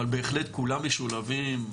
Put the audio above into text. אבל בהחלט כולם משולבים.